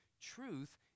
truth